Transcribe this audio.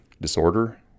disorder